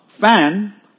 fan